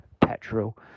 petrol